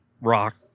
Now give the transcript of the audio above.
rock